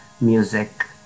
music